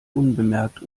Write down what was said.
unbemerkt